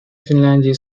финляндии